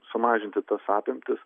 sumažinti tas apimtis